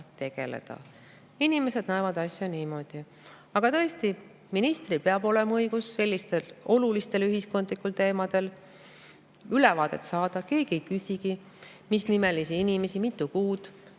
Inimesed näevad seda asja niimoodi. Aga tõesti, ministril peab olema õigus sellistest olulistest ühiskondlikest teemadest ülevaadet saada. Keegi ei küsigi, mis nimega inimesi kui mitu kuud